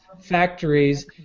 factories